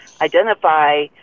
identify